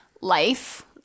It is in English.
Life